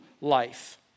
life